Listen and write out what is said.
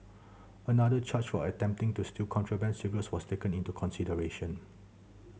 another charge for attempting to steal contraband cigarettes was taken into consideration